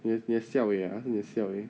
你也你也你也 siao eh ah 你也 siao eh